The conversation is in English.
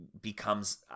becomes